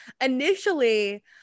Initially